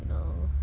you know